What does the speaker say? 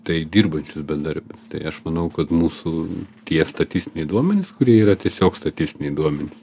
tai dirbančius bedarbius tai aš manau kad mūsų tie statistiniai duomenys kurie yra tiesiog statistiniai duomenys